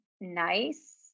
nice